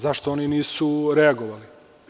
Zašto oni nisu reagovali?